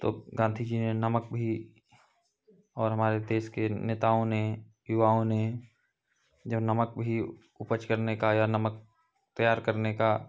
तो गाँधी जी ने नमक भी और हमारे देश के नेताओं ने युवाओं ने जब नमक भी उपज करने का या नमक तैयार करने का